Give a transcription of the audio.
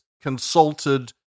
consulted